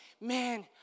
man